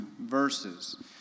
verses